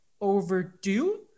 overdue